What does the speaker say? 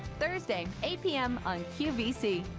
thursday eight pm on qvc.